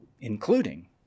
Including